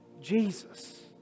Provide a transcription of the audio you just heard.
Jesus